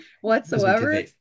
whatsoever